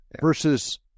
versus